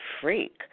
freak